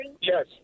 Yes